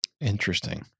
Interesting